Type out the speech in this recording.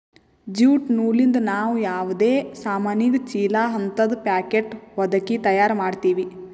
jute ನೂಲಿಂದ್ ನಾವ್ ಯಾವದೇ ಸಾಮಾನಿಗ ಚೀಲಾ ಹಂತದ್ ಪ್ಯಾಕೆಟ್ ಹೊದಕಿ ತಯಾರ್ ಮಾಡ್ತೀವಿ